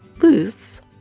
loose